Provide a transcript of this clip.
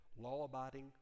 law-abiding